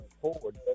forward